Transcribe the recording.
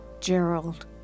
Gerald